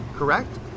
Correct